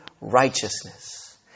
righteousness